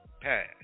pass